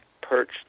perched